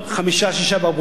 זה עוד 2 קילו סוכר,